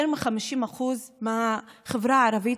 יותר מ-50% מהחברה הערבית,